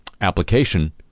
application